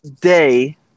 day